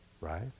right